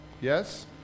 Yes